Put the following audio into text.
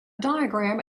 diagram